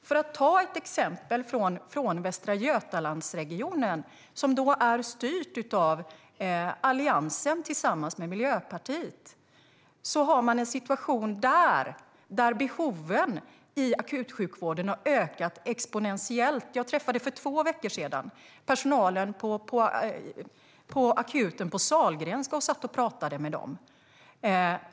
Låt mig ta ett exempel från Västra Götalandsregionen, som styrs av Alliansen tillsammans med Miljöpartiet. Där har man en situation där behoven i akutsjukvården har ökat exponentiellt. Jag träffade för två veckor sedan personalen på akuten på Sahlgrenska och satt och pratade med dem.